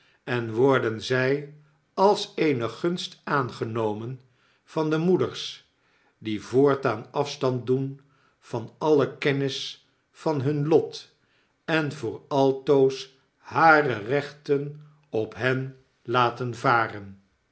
en worden zy als eene gunst aangenomen van de moeders die voortaan afstand doen van alle kennis van hun lot en voor altoos hare rechten op hen laten varen